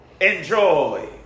enjoy